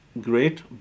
great